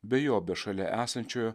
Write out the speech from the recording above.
be jo be šalia esančiojo